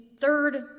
third